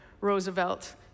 Roosevelt